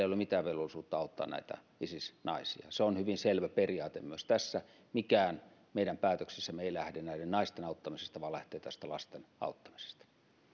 ole mitään velvollisuutta auttaa näitä isis naisia se on hyvin selvä periaate myös tässä mikään meidän päätöksissämme ei lähde näiden naisten auttamisesta vaan lähtee lasten